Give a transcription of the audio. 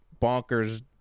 bonkers